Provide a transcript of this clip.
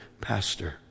pastor